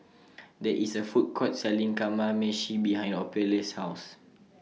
There IS A Food Court Selling Kamameshi behind Ophelia's House